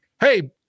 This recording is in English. Hey